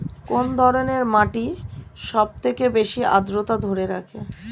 কোন ধরনের মাটি সবথেকে বেশি আদ্রতা ধরে রাখে?